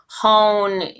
hone